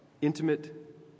intimate